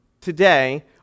Today